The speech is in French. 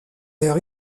leur